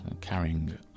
Carrying